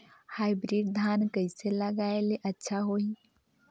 Hybrid धान कइसे लगाय ले अच्छा होही?